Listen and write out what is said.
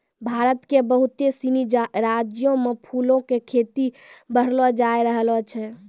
भारत के बहुते सिनी राज्यो मे फूलो के खेती बढ़लो जाय रहलो छै